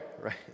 right